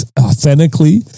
authentically